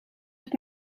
uit